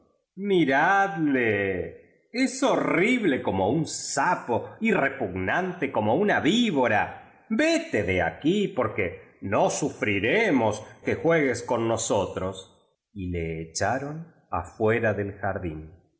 miradle es horrible como un sapo y repugnante como una víbora vete do aquí porque no sufriremos que juegues con nosotros y le echaron afuera del jardín